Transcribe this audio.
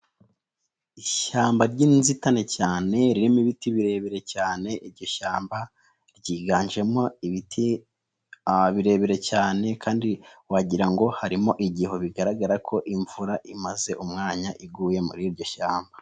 Ishyamba ry'inzitane cyane ririmo ibiti birebire cyane. Iryo shyamba ryiganjemo ibiti birebire cyane kandi wagira harimo igihu. Bigaragara ko imvura imaze umwanya iguye muri iryo shyamba.